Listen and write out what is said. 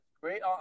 great